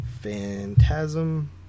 Phantasm